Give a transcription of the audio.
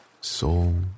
soul